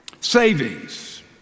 Savings